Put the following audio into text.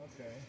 Okay